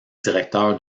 directeur